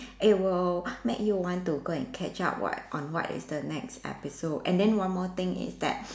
it will make you want to go and catch up what on what is next episode and then one more thing is that